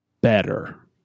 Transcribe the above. better